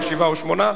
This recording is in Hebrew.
עם 7% או 8%,